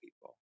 people